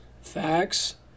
Facts